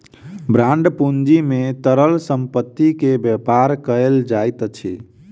bond पूंजी में तरल संपत्ति के व्यापार कयल जाइत अछि